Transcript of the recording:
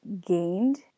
gained